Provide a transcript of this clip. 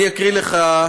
אני אקריא לך,